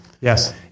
Yes